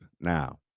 Now